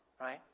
right